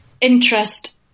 interest